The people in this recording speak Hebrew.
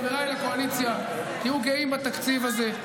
חבריי לקואליציה, תהיו גאים בתקציב הזה.